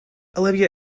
olivia